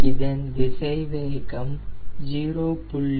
இதன் திசைவேகம் 0